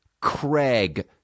Craig